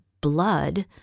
blood